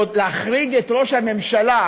להחריג את ראש הממשלה,